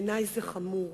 בעיני זה חמור.